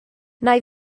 nai